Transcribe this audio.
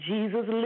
Jesus